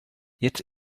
jetzt